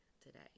Today